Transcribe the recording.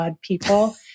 people